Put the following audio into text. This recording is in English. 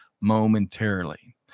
momentarily